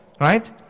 right